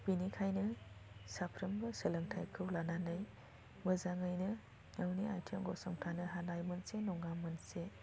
बेनिखायनो साफ्रोमबो सोलोंथायखौ लानानै मोजाङैनो गावनि आथिङाव गसंथानो हानाय मोनसे नङा मोनसे